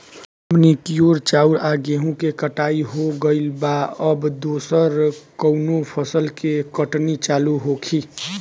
हमनी कियोर चाउर आ गेहूँ के कटाई हो गइल बा अब दोसर कउनो फसल के कटनी चालू होखि